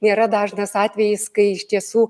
nėra dažnas atvejis kai iš tiesų